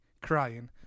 crying